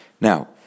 Now